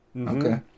Okay